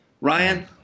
Ryan